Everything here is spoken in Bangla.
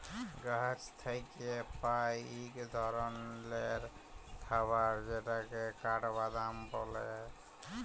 গাহাচ থ্যাইকে পাই ইক ধরলের খাবার যেটকে কাঠবাদাম ব্যলে